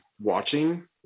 watching